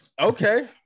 Okay